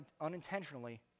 unintentionally